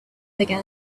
began